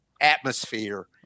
atmosphere